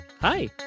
Hi